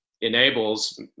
enables